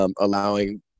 allowing